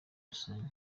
rusange